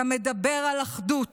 אתה מדבר על אחדות,